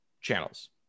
channels